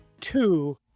two